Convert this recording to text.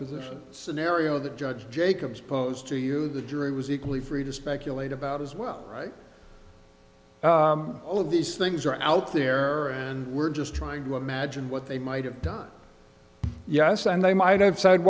the scenario the judge jacobs posed to you the jury was equally free to speculate about as well all of these things are out there and we're just trying to imagine what they might have done yes and they might have said